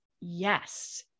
Yes